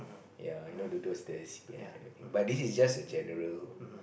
ya you know the those the C_P_F and everything but this is just a general